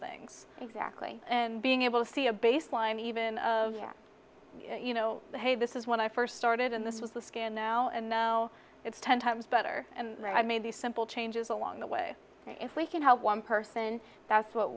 things exactly and being able to see a baseline even of you know hey this is when i first started and this is the skin now and then now it's ten times better and i made the simple changes along the way if we can help one person that's what